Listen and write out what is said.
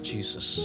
Jesus